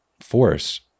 force